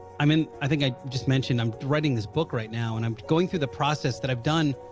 i mean, i think i just mentioned i'm dreading this book right now and i'm going through the process that i've done